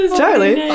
Charlie